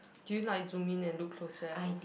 do you like zoom in and look closer at her